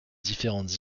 différentes